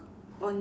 on it